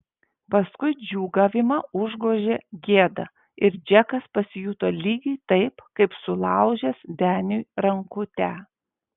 paskui džiūgavimą užgožė gėda ir džekas pasijuto lygiai taip kaip sulaužęs deniui rankutę